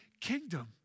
kingdom